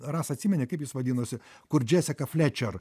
rasa atsimeni kaip jis vadinosi kur džesika flečer